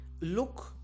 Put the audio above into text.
Look